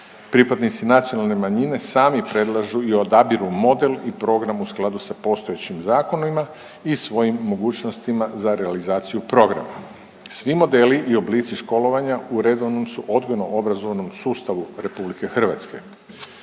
Pripadnici nacionalne manjine sami predlažu i odabiru model i program u skladu sa postojećim zakonima i svojim mogućnostima za realizaciju programa. Svi modeli i oblici školovanja u redovnom su odgojno obrazovnom sustavu RH. No vratimo